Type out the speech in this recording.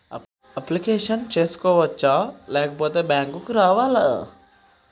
Application చేసుకోవచ్చా లేకపోతే bank రావాలా?